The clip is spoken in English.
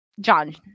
John